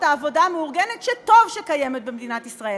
העבודה המאורגנת שטוב שקיימת במדינת ישראל.